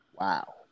Wow